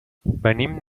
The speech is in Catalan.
venim